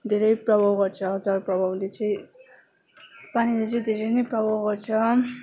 धेरै प्रभाव गर्छ जलप्रभावले चाहिँ पानीले चाहिँ धेरै नै प्रभाव गर्छ